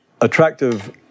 Attractive